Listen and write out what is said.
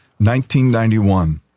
1991